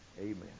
Amen